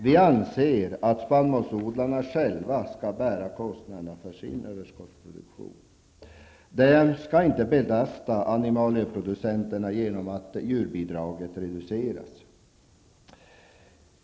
Vi anser att spannmålsodlarna själva skall bära kostnaderna för sin överskottsproduktion. De skall inte belasta animalieproducenterna genom att djurbidraget reduceras.